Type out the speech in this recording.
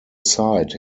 site